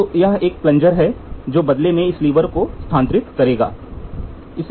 तो यह एक प्लंजर है जो बदले में इस लीवर को स्थानांतरित करने की कोशिश करता है